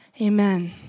Amen